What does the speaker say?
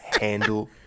handle